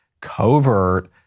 covert